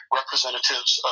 representatives